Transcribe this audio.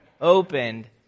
opened